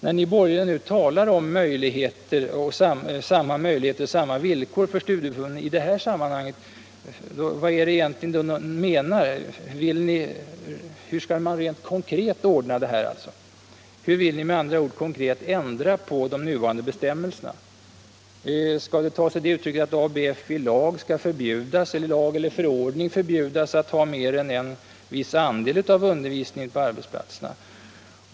När ni borgerliga talar om samma möjligheter och samma villkor för studieförbunden i det här sammanhanget, vad är det egentligen ni menar? Hur vill ni ordna det hela? Hur vill ni med andra ord konkret ändra på de nuvarande bestämmelserna? Skall det ta sig det uttrycket att ABF i lag eller förordning skall förbjudas att ha mer än en viss andel av undervisningen på arbetsplatserna?